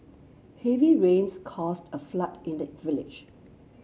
heavy rains caused a flood in the village